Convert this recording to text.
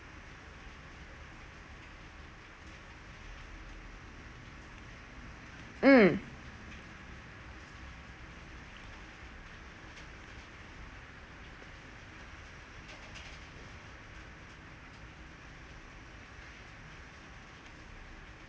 mm